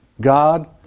God